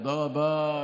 תודה רבה.